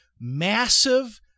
massive